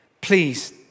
please